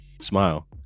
smile